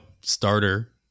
starter